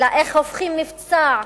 אלא איך הופכים מבצע,